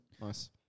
Nice